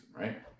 right